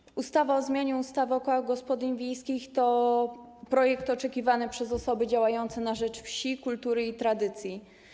Projekt ustawy o zmianie ustawy o kołach gospodyń wiejskich to projekt oczekiwany przez osoby działające na rzecz wsi, kultury i tradycji.